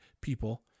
people